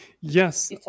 yes